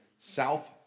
South